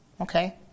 Okay